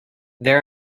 there